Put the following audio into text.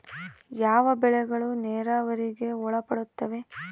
ಯಾವ ಬೆಳೆಗಳು ನೇರಾವರಿಗೆ ಒಳಪಡುತ್ತವೆ?